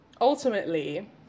ultimately